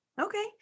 Okay